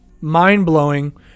mind-blowing